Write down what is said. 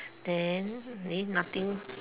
then eh nothing